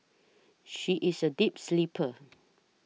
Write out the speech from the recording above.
she is a deep sleeper